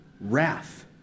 wrath